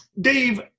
Dave